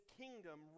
kingdom